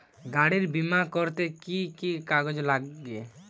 গাড়ীর বিমা করতে কি কি কাগজ লাগে?